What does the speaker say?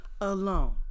alone